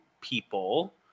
people